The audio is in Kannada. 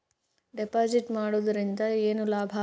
ಡೆಪಾಜಿಟ್ ಮಾಡುದರಿಂದ ಏನು ಲಾಭ?